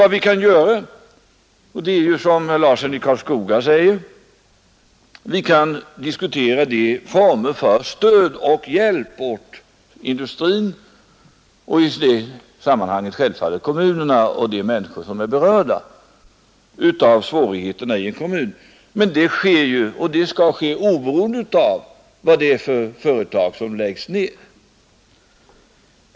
Vad vi kan göra är, som herr Larsson i Karlskoga sade, att diskutera formerna för stöd och hjälp åt industrin — och i det sammanhanget självfallet kommunerna och de människor som är berörda av svårigheterna — men det skall ske oberoende av vad det är för ett slags företag som läggs ned.